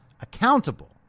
accountable